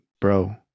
bro